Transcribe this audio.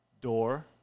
door